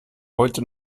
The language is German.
heute